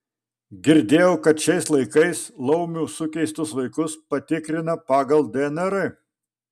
girdėjau kad šiais laikais laumių sukeistus vaikus patikrina pagal dnr